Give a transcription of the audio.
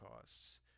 costs